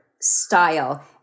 style